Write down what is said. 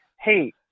hey